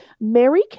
Mary